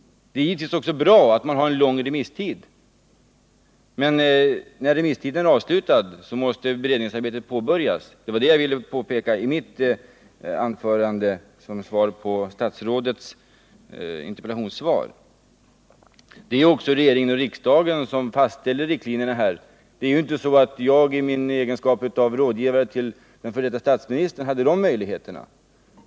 Det är givetvis också bra med en lång remisstid, men när remisstiden är avslutad måste beredningsarbetet påbörjas — det var det jag ville påpeka i mitt anförande som svar på statsrådets interpellationssvar. Det är regeringen och riksdagen som fastställer riktlinjerna. Det är inte så att jag i min egenskap av rådgivare till den f.d. statsministern hade de möjligheterna.